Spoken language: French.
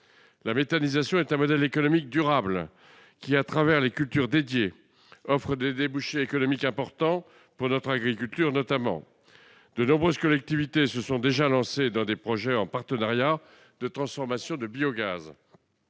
La méthanisation est un modèle économique durable, qui, à travers les cultures dédiées, offre des débouchés économiques importants, notamment pour notre agriculture. De nombreuses collectivités se sont déjà lancées dans des projets en partenariat de transformation en biogaz.